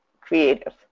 creative